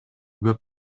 көп